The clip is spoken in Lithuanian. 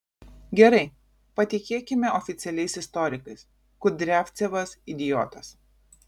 gerai patikėkime oficialiais istorikais kudriavcevas idiotas